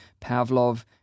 Pavlov